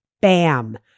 bam